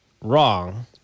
wrong